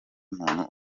muntu